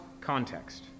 context